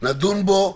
נדון בו,